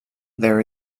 there